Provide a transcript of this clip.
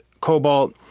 cobalt